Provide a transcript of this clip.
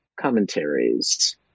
commentaries